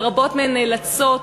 ורבות מהן נאלצות,